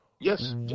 Yes